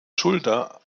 schulter